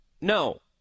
no